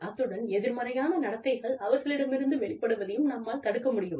அத்துடன் எதிர்மறையான நடத்தைகள் அவர்களிடமிருந்து வெளிப்படுவதையும் நம்மால் தடுக்க முடியும்